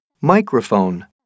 Microphone